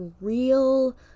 real